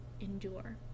endure